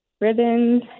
ribbons